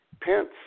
Pence